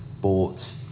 bought